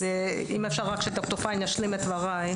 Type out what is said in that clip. אז אם אפשר רק שד"ר פיין ישלים את דבריי.